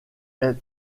est